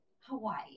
Hawaii